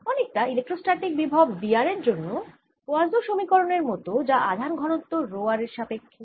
অনেকটা ইলেক্ট্রোস্ট্যাটিক বিভব V r এর জন্য পোয়াসোঁ সমীকরণের মত যা আধান ঘনত্ব রো r এর সাপেক্ষ্যে